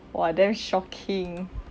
!wah! damn shocking